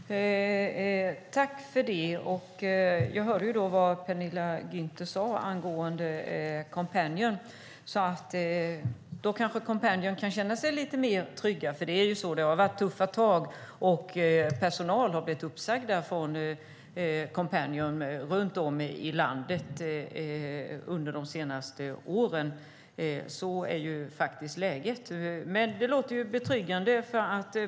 Herr talman! Jag tackar Penilla Gunther för det hon nu säger. Jag hörde vad Penilla Gunther sade om Coompanion. Kanske kan de hos Coompanion därmed känna sig lite tryggare. Det har varit tuffa tag. Personal har under de senaste åren blivit uppsagd hos Coompanion runt om i landet; sådant är läget. Det som sägs här låter betryggande.